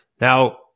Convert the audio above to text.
Now